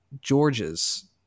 George's